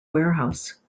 warehouse